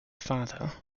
father